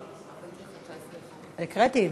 מה הייתה התוצאה של, הקראתי.